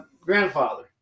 grandfather